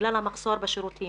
בגלל המחסור בשירותים,